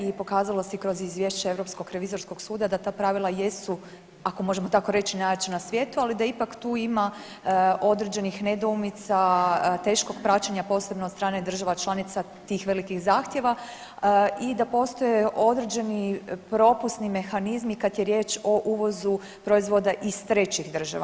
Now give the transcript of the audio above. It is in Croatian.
I pokazalo se i kroz izvješće Europskog revizorskog suda da ta pravila jesu ako tako možemo reći najjača na svijetu, ali da ipak tu ima određenih nedoumica, teškog praćenja posebno od strane država članica tih velikih zahtjeva i da postoje određeni propusni mehanizmi kad je riječ o uvozu proizvoda iz trećih država.